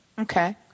okay